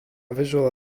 visual